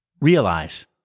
Realize